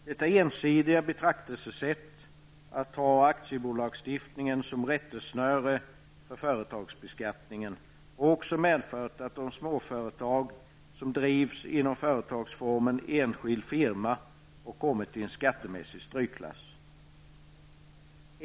Det ensidiga betraktelsesättet att ha aktiebolagslagstiftningen som rättesnöre för företagsbeskattningen har också medfört att småföretag som drivs i företagsformen enskild firma har kommit i en skattemässig strykklass.